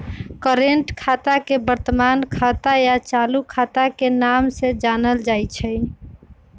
current खाता के वर्तमान खाता या चालू खाता के नाम से जानल जाई छई